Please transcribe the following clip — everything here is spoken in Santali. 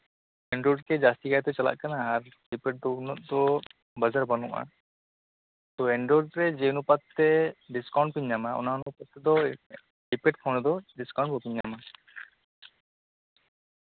ᱮᱱᱰᱨᱚᱭᱮᱰᱜᱮ ᱡᱟᱹᱥᱛᱤ ᱠᱟᱭᱛᱮ ᱪᱟᱞᱟᱜ ᱠᱟᱱᱟ ᱟᱨ ᱠᱤᱯᱮᱰ ᱫᱚ ᱩᱱᱟᱹᱜ ᱫᱚ ᱵᱟᱡᱟᱨ ᱵᱟᱹᱱᱩᱜᱼᱟ ᱛᱳ ᱤᱱᱰᱨᱚᱭᱮᱰᱨᱮ ᱡᱮ ᱚᱱᱩᱯᱟᱛᱛᱮ ᱚᱱᱟ ᱦᱚᱛᱮᱜ ᱛᱮᱫᱚ ᱠᱤᱯᱮᱰ ᱯᱷᱳᱱ ᱨᱮᱫᱚ ᱰᱤᱥᱠᱟᱩᱱᱴ ᱵᱟᱵᱮᱱ ᱧᱟᱢᱟ